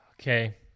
Okay